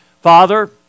Father